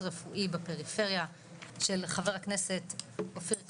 רפואי בפריפריה של חבר הכנסת אופיר כץ,